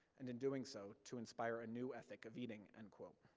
and in doing so, to inspire a new ethic of eating. and